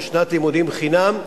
של שנת לימודים חינם,